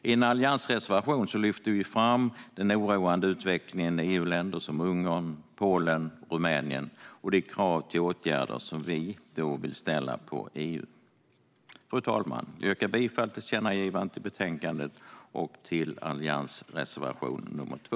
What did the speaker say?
I en alliansreservation lyfter vi fram den oroande utvecklingen i EU-länder som Ungern, Polen och Rumänien och de krav på åtgärder vi vill ställa på EU. Fru talman! Jag yrkar bifall till utskottets förslag om tillkännagivande och till Alliansens reservation 2.